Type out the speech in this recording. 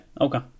okay